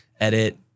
Edit